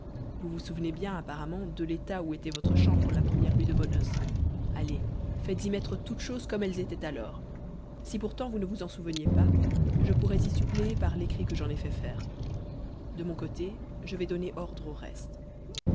vous vous souvenez bien apparemment de l'état où était votre chambre la première nuit de vos noces allez faites-y mettre toutes choses comme elles étaient alors si pourtant vous ne vous en souveniez pas je pourrais y suppléer par l'écrit que j'en ai fait faire de mon côté je vais donner ordre au reste